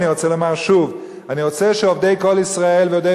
אני רוצה לומר שוב שאני רוצה שעובדי "קול ישראל" ועובדי